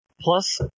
plus